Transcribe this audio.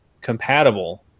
compatible